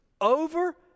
over